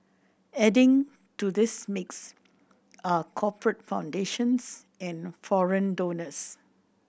adding to this mix are corporate foundations and foreign donors